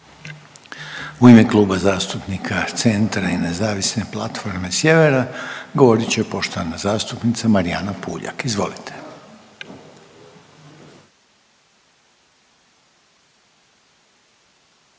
U ime Kluba zastupnika CENTRA i Nezavisne platforme sjevera govorit će poštovana zastupnica Marijana Puljak. Izvolite.